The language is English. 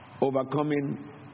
Overcoming